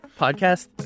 Podcast